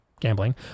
gambling